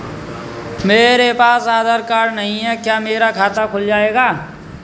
मेरे पास आधार कार्ड नहीं है क्या मेरा खाता खुल जाएगा?